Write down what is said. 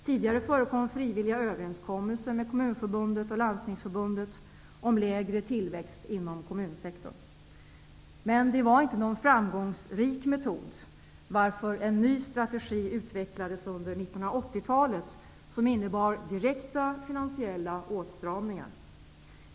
Tidigare förekom frivilliga överenskommelser med Kommunförbundet och Landstingsförbundet om lägre tillväxt inom kommunsektorn. Men det var inte någon framgångsrik metod, varför en ny strategi som innebar direkta finansiella åtstramningar utvecklades under 1980-talet.